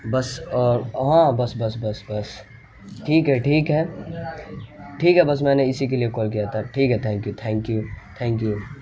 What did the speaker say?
بس اور ہاں بس بس بس بس ٹھیک ہے ٹھیک ہے ٹھیک ہے بس میں نے اسی کے لیے کال کیا تھا ٹھیک ہے thank you thank you thank you